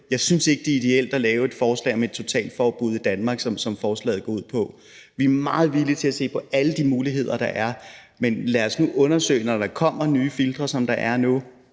jeg synes ikke, det er ideelt at lave et forslag om et totalforbud i Danmark, som forslaget går ud på. Vi er meget villige til at se på alle de muligheder, der er, men lad os nu undersøge det, når der kommer nye filtre, som er